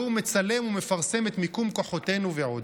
הוא מצלם ומפרסם את מיקום כוחותינו ועוד.